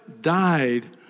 died